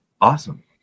awesome